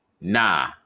Nah